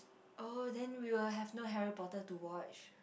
oh then will have no Harry-Potter to watch